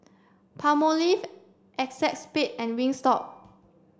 Palmolive ACEXSPADE and Wingstop